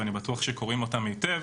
ואני בטוח שקוראים אותם היטב,